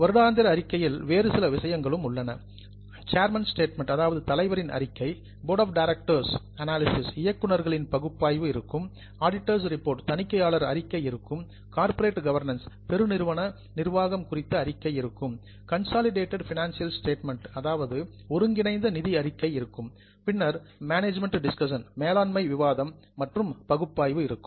வருடாந்திர அறிக்கையில் வேறு சில விஷயங்களும் உள்ளன சேர்மன் ஸ்டேட்மெண்ட் chairman's statement தலைவரின் அறிக்கை இருக்கும் போர்டு ஆஃப் டைரக்டர்ஸ் அனாலிசிஸ் இயக்குனர்கள் பகுப்பாய்வு இருக்கும் ஆடிட்டர் ரிப்போர்ட் auditor's report தணிக்கையாளர் அறிக்கை இருக்கும் கார்ப்பரேட் கவர்னன்ஸ் பெருநிறுவன நிர்வாகம் குறித்த அறிக்கை இருக்கும் கன்சாலிடேடட் பைனான்சியல் ஸ்டேட்மெண்ட் ஒருங்கிணைந்த நிதி அறிக்கை இருக்கும் பின்னர் மேனேஜ்மென்ட் டிஸ்கஷன் மேலாண்மை விவாதம் மற்றும் அனாலிசிஸ் பகுப்பாய்வு இருக்கும்